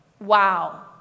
Wow